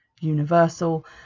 universal